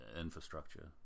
infrastructure